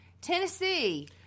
Tennessee